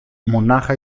μονάχα